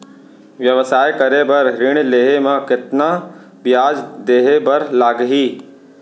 व्यवसाय करे बर ऋण लेहे म कतना ब्याज देहे बर लागही?